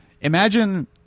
Imagine